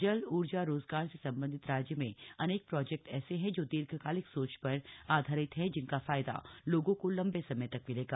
जल ऊर्जा रोजगार से संबंधित राज्य में अनेक प्रोजेक्ट ऐसे हैं जो दीर्घकालिक सोच पर आधारित है जिनका फायदा लोगों को लंबे समय तक मिलेगा